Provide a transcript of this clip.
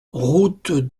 route